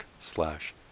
slash